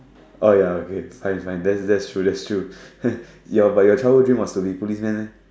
oh ya okay fine fine then that's true that's true your but your childhood dream was to be policeman meh